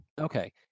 okay